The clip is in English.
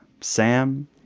Sam